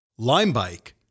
LimeBike